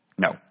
No